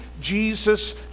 jesus